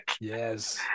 yes